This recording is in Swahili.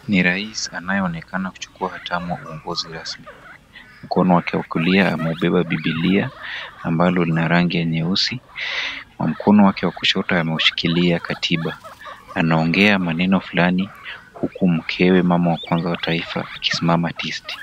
Ni rais anayeonekana kuchukua hatamu uongozi rasmi. Mkono wake wa kulia ameubeba biblia ambalo lina rangi ya nyeusi na mkono wake wa kushoto ameushikilia katiba. Anaongea maneno fulani huku mkewe mama wa kwanza wa taifa akisimama tisti.